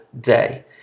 day